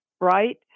right